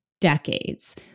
decades